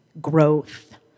growth